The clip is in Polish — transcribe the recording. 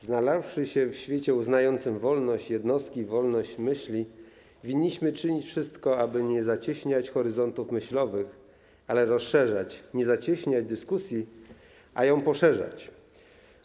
Znalazłszy się tedy w świecie uznającym wolność jednostki, wolność myśli, winniśmy czynić wszystko, aby nie zacieśniać horyzontów myślowych, ale rozszerzać; nie zacieśniać dyskusji, a ją poszerzać”